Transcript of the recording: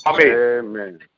Amen